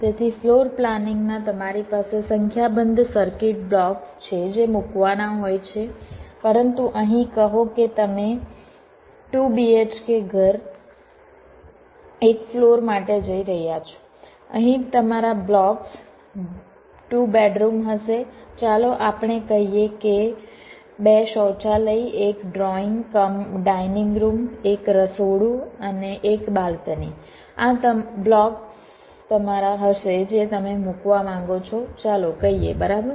તેથી ફ્લોર પ્લાનિંગમાં તમારી પાસે સંખ્યાબંધ સર્કિટ બ્લોક્સ છે જે મૂકવાના હોય છે પરંતુ અહીં કહો કે તમે 2 bhk ઘર એક ફ્લોર માટે જઈ રહ્યા છો અહીં તમારા બ્લોક્સ 2 બેડરૂમ હશે ચાલો આપણે કહીએ કે 2 શૌચાલય 1 ડ્રોઇંગ કમ ડાઇનિંગ રૂમ 1 રસોડું અને 1 બાલ્કની આ તમારા બ્લોક્સ હશે જે તમે મૂકવા માંગો છો ચાલો કહીએ બરાબર